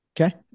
Okay